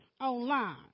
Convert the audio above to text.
online